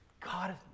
God